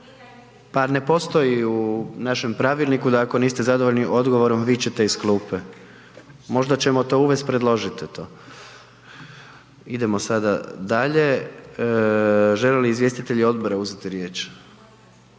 Pa ne postoji u našem pravilniku da ako niste zadovoljni odgovorom, vičete iz klupe. Možda ćemo to uvest, predložite to. Idemo sada dalje, žele li izvjestitelji odbora uzeti riječ?